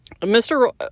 Mr